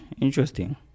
interesting